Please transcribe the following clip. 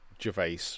Gervais